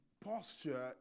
posture